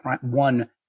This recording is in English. one